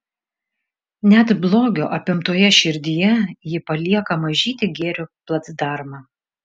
net blogio apimtoje širdyje ji palieka mažytį gėrio placdarmą